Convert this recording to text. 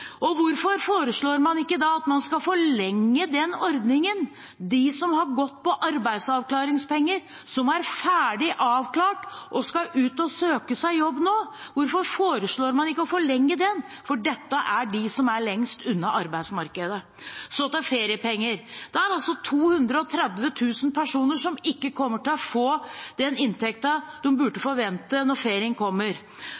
da å forlenge den ordningen? De som har gått på arbeidsavklaringspenger, som er ferdig avklart, og som nå skal ut og søke seg jobb – hvorfor foreslår man ikke å forlenge ordningen for dem, for dette er de som er lengst unna arbeidsmarkedet? Så til feriepenger: Det er 230 000 personer som ikke kommer til å få den inntekten de burde forvente når ferien kommer. Svaret fra regjeringen er